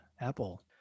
Apple